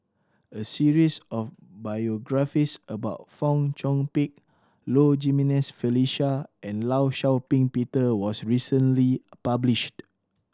a series of biographies about Fong Chong Pik Low Jimenez Felicia and Law Shau Ping Peter was recently published